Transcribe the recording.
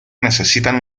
necesitan